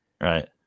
Right